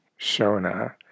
Shona